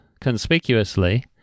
conspicuously